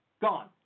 Gone